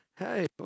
Hey